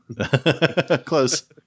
Close